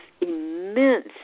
immense